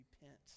repent